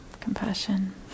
compassion